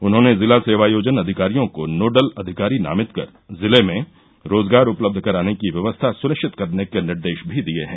उन्होंने जिला सेवायोजन अधिकारियों को नोडल अधिकारी नामित कर जिले में रोजगार उपलब्ध कराने की व्यवस्था सुनिश्चित करने के निर्देश भी दिये हैं